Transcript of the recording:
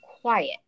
quiet